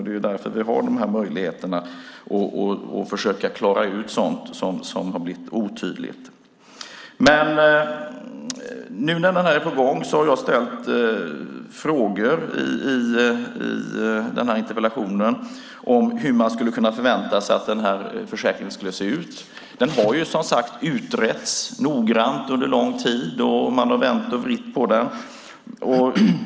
Det är ju därför vi har dessa möjligheter att försöka klara ut sådant som har blivit otydligt. I min interpellation har jag ställt frågor om hur man kan förvänta sig att försäkringen skulle se ut. Den har utretts noggrant under lång tid, och man har vänt och vridit på den.